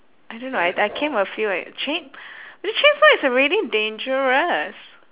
I don't know I I came a few like chain~ the chainsaw is already dangerous